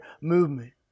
movement